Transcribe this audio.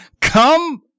come